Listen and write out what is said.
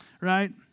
Right